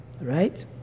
Right